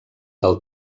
del